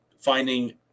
finding